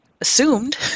assumed